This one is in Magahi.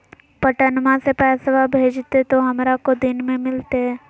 पटनमा से पैसबा भेजते तो हमारा को दिन मे मिलते?